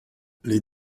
les